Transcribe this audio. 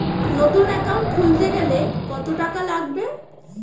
নতুন একাউন্ট খুলতে গেলে কত টাকা লাগবে?